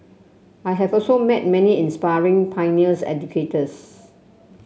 I have also met many inspiring pioneers educators